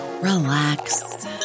relax